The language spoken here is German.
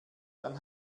dann